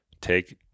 take